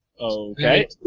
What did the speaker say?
Okay